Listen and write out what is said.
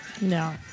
no